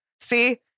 See